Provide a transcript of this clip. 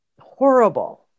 horrible